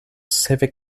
civic